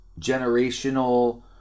generational